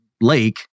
lake